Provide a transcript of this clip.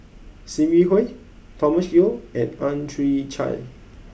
Sim Yi Hui Thomas Yeo and Ang Chwee Chai